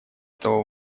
этого